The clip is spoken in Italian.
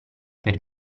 per